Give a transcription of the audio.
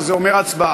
שזה אומר הצבעה.